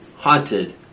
Haunted